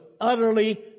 utterly